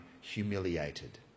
humiliated